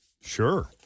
sure